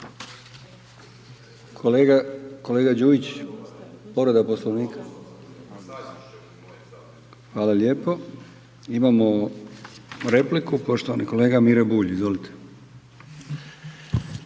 Đujić, ne razumije se./… Hvala lijepo. Imamo repliku, poštovani kolega Miro Bulj, izvolite.